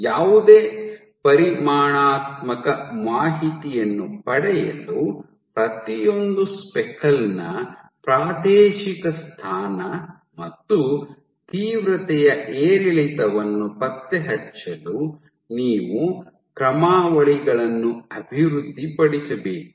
ಯಾವುದೇ ಪರಿಮಾಣಾತ್ಮಕ ಮಾಹಿತಿಯನ್ನು ಪಡೆಯಲು ಪ್ರತಿಯೊಂದು ಸ್ಪೆಕಲ್ ನ ಪ್ರಾದೇಶಿಕ ಸ್ಥಾನ ಮತ್ತು ತೀವ್ರತೆಯ ಏರಿಳಿತವನ್ನು ಪತ್ತೆಹಚ್ಚಲು ನೀವು ಕ್ರಮಾವಳಿಗಳನ್ನು ಅಭಿವೃದ್ಧಿಪಡಿಸಬೇಕು